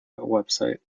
website